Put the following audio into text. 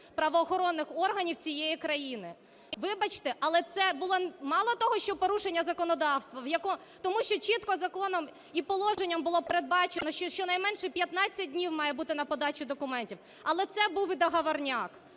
правоохоронних органів цієї країни. Вибачте, але це було, мало того що порушення законодавства, тому що чітко законом і положенням було передбачено, що щонайменше 15 днів маємо бути на подачу документів, але це і був договорняк.